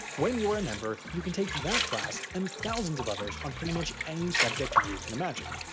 when you're a member, you can take that class, and thousands of others on pretty much any subject you can imagine.